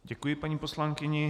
Děkuji paní poslankyni.